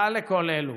ומעל לכל אלו,